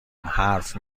حرف